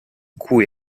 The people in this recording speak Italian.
cui